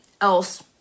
else